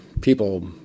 people